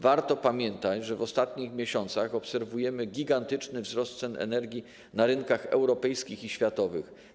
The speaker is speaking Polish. Warto pamiętać, że w ostatnich miesiącach obserwujemy gigantyczny wzrost cen energii na rynkach europejskich i światowych.